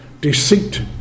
deceit